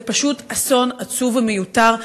וזה פשוט אסון עצוב ומיותר,